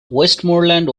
westmoreland